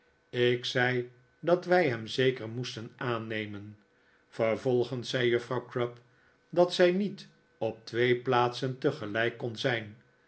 ik zei dat wij hem zeker moesten aannemen vervolgens zei juffrouw crupp dat zij niet op twee plaatsen tegelijk kon zijn